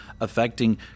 affecting